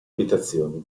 abitazioni